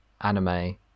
anime